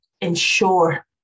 ensure